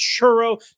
churro